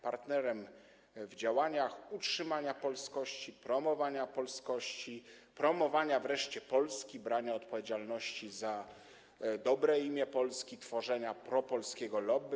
Partnerem w działaniach dotyczących utrzymania polskości, promowania polskości, promowania wreszcie Polski, brania odpowiedzialności za dobre imię Polski, tworzenia propolskiego lobby.